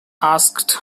asked